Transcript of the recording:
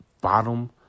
bottom